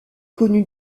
connue